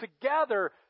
together